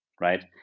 right